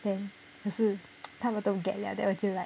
then 可是他们都 get liao then 我就 like